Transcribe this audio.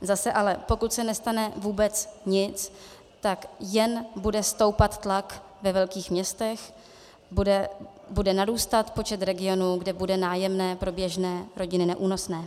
Zase ale pokud se nestane vůbec nic, tak jen bude stoupat tlak ve velkých městech, bude narůstat počet regionů, kde bude nájemné pro běžné rodiny neúnosné.